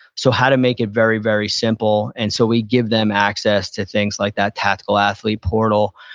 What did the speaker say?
so how to make it very, very simple. and so we give them access to things like that tactical athlete portal,